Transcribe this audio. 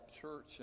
church